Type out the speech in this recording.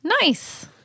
Nice